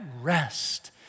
rest